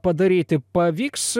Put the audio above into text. padaryti pavyks